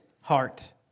heart